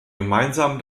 gemeinsam